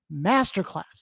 masterclass